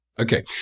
Okay